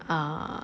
err